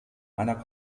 einer